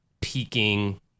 peaking